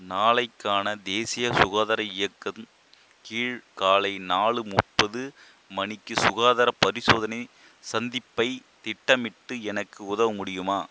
நாளைக்கான தேசிய சுகாதார இயக்கம் கீழ் காலை நாலு முப்பது மணிக்கி சுகாதாரப் பரிசோதனை சந்திப்பைத் திட்டமிட்டு எனக்கு உதவ முடியுமா